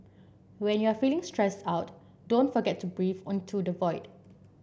when you are feeling stressed out don't forget to breathe in to the void